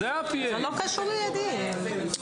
זה לא קשור, ילדים.